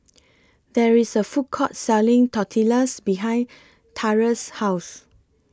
There IS A Food Court Selling Tortillas behind Taurus' House